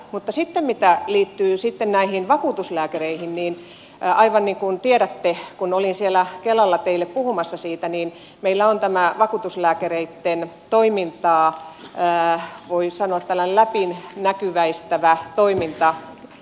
mutta sitten mitä liittyy näihin vakuutuslääkäreihin aivan niin kuin tiedätte kun olin siellä kelalla teille puhumassa siitä meillä on tällainen vakuutuslääkäreitten toimintaa voi sanoa läpinäkyväistävä toimintaohjelma nyt käynnissä